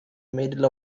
middle